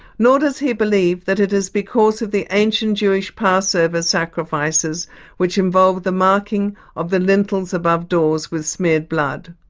nor does he believe that it is because of the ancient jewish passover sacrifices which involved the marking of the lintels above doors with smeared blood.